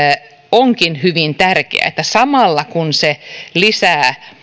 onkin hyvin tärkeä että samalla kun se lisää